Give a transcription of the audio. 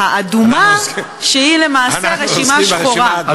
האדומה, שהיא למעשה רשימה שחורה.